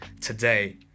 today